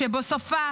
שבסופה